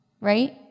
right